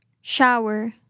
shower